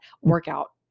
workout